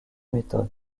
méthode